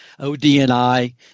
ODNI